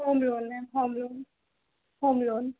home loan है home loan home loan